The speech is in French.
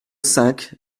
cinq